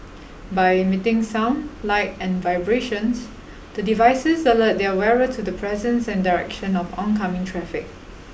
by emitting sound light and vibrations the devices alert their wearer to the presence and direction of oncoming traffic